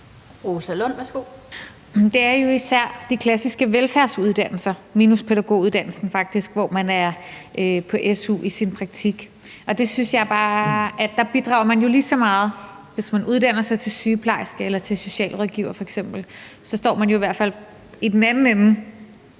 Det er jo især de klassiske velfærdsuddannelser, minus pædagoguddannelsen faktisk, hvor man er på su i sin praktik, og jeg synes jo bare, at man bidrager lige så meget, hvis man f.eks. uddanner sig til sygeplejerske eller til socialrådgiver, i hvert fald i den anden ende.